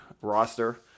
roster